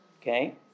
Okay